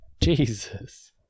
Jesus